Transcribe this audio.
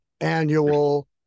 annual